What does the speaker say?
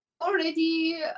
already